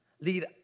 lead